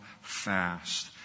fast